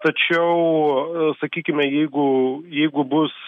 tačiau sakykime jeigu jeigu bus